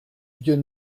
vieux